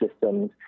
systems